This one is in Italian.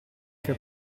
che